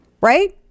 Right